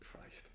Christ